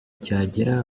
cyagera